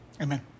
Amen